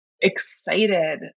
excited